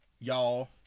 y'all